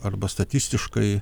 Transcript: arba statistiškai